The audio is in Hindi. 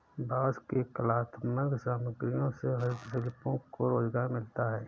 बाँस की कलात्मक सामग्रियों से हस्तशिल्पियों को रोजगार मिलता है